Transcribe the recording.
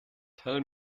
tell